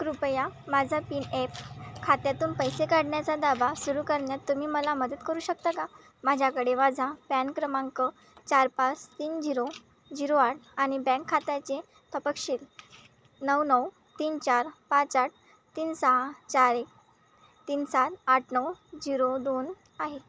कृपया माझा P F खात्यातून पैसे काढण्याचा दावा सुरू करण्यात तुम्ही मला मदत करू शकता का माझ्याकडे माझा पॅन क्रमांक चार पाच तीन झिरो झिरो आठ आणि बँक खात्याचे तपशील नऊ नऊ तीन चार पाच आठ तीन सहा चार एक तीन सात आठ नऊ झिरो दोन आहे